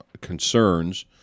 concerns